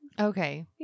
Okay